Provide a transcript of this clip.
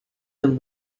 them